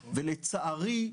לצערי,